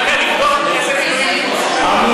אתה רוצה לבדוק איזה מינויים אושרו,